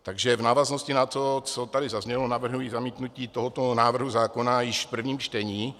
Takže v návaznosti na to, co tady zaznělo, navrhuji zamítnutí tohoto návrhu zákona již v prvním čtení.